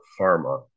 pharma